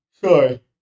Sorry